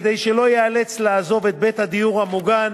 כדי שלא ייאלץ לעזוב את בית הדיור המוגן